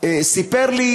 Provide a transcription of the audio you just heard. סיפר לי